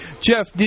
Jeff